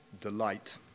delight